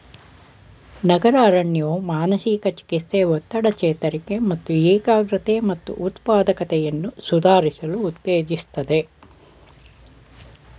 ನಗರ ಅರಣ್ಯವು ಮಾನಸಿಕ ಚಿಕಿತ್ಸೆ ಒತ್ತಡ ಚೇತರಿಕೆ ಮತ್ತು ಏಕಾಗ್ರತೆ ಮತ್ತು ಉತ್ಪಾದಕತೆಯನ್ನು ಸುಧಾರಿಸಲು ಉತ್ತೇಜಿಸ್ತದೆ